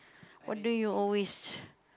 what do you always